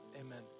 amen